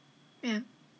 ya